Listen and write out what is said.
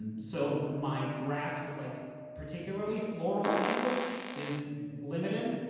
and so my grasp of like particularly floral language is limited,